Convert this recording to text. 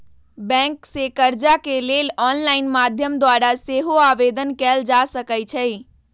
bank से कर्जा के लेल ऑनलाइन माध्यम द्वारा सेहो आवेदन कएल जा सकइ छइ